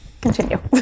Continue